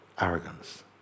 arrogance